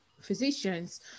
physicians